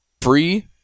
free